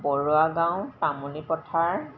বৰুৱা গাঁও পামনি পথাৰ